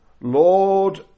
Lord